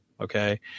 Okay